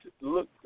look